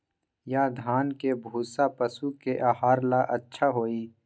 या धान के भूसा पशु के आहार ला अच्छा होई?